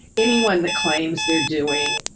anyone that claims they're doing